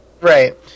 Right